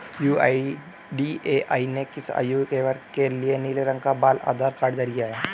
UIDAI ने किस आयु वर्ग के लिए नीले रंग का बाल आधार कार्ड जारी किया है?